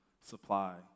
supply